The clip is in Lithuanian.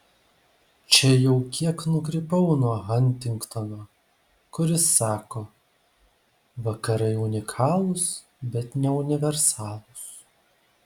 čia jau kiek nukrypau nuo huntingtono kuris sako vakarai unikalūs bet ne universalūs